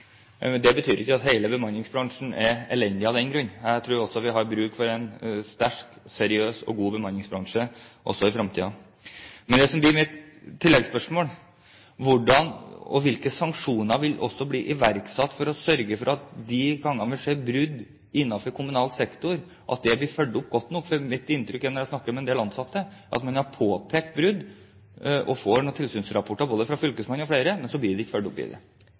Det betyr ikke at hele bemanningsbransjen er elendig av den grunn. Jeg tror at vi har bruk for en sterk, seriøs og god bemanningsbransje også i fremtiden. Mitt tilleggsspørsmål blir: Hvilke sanksjoner vil bli iverksatt for å sørge for at de gangene det skjer brudd innenfor kommunal sektor, blir det fulgt opp godt nok? For mitt inntrykk er, når jeg snakker med en del ansatte, at man har påpekt brudd, fått tilsynsrapporter både fra fylkesmannen og flere, men så blir det ikke